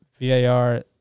VAR